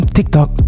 TikTok